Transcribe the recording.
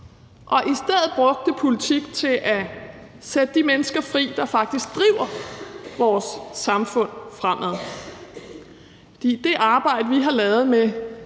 og i stedet brugte politik til at sætte de mennesker, der faktisk driver vores samfund fremad, fri, for i det arbejde, vi har lavet med